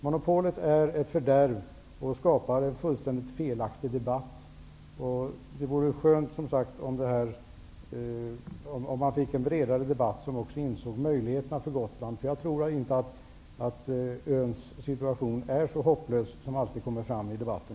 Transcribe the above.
Monopolet är ett fördärv och skapar en fullständigt felaktig debatt. Det vore skönt, som sagt, om vi fick en bredare debatt, där man också insåg möjligheterna för Gotland. Jag tror inte att öns situation är så hopplös som alltid framhålls i debatten.